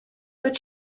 but